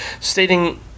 stating